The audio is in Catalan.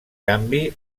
canvi